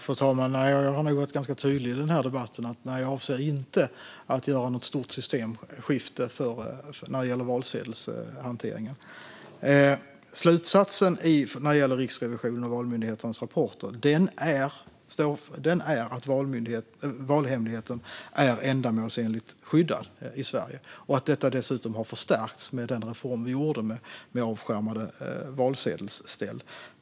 Fru talman! Nej, jag har nog varit ganska tydlig i den här debatten med att jag inte avser att göra något stort systemskifte när det gäller valsedelshanteringen. Slutsatsen i Riksrevisionens och Valmyndighetens rapporter är att valhemligheten är ändamålsenligt skyddad i Sverige och att den dessutom har förstärkts med den reform vi genomförde med avskärmade valsedelsställ.